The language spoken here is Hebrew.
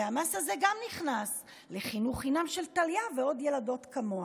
והמס הזה גם נכנס לחינוך חינם של טליה ועוד ילדות כמוה.